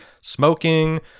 smoking